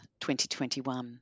2021